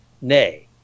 nay